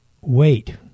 wait